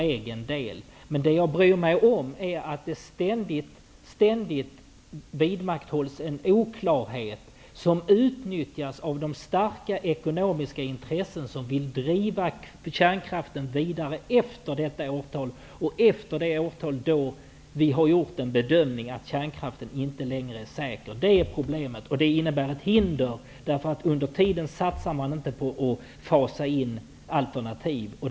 Men det som jag bryr mig om är att det ständigt vidmakthålls en oklarhet som utnyttjas av de starka ekonomiska intressen som vill driva kärnkraften vidare efter det årtal då vi har bedömt att kärnkraften inte längre är säker. Det är problemet, och det innebär ett hinder, eftersom man under tiden inte satsar på att fasa in alternativen.